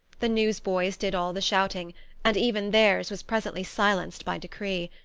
the newsboys did all the shouting and even theirs was presently silenced by decree.